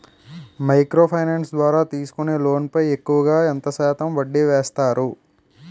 Micro finance ద్వారా తీసుకునే loan పై ఎక్కువుగా ఎంత శాతం వడ్డీ వేస్తారు?